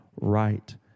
right